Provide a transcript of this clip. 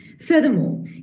Furthermore